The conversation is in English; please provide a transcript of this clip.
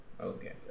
Okay